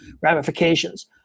ramifications